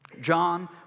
John